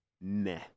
meh